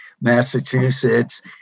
Massachusetts